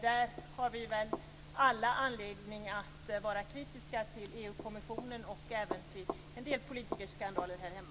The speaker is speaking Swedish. Där har vi väl alla anledning att vara kritiska till EU-kommissionen och även till en del politikerskandaler hemma.